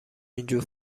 اینجور